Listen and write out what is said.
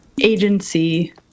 agency